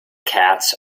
cats